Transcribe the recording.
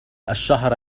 الشهر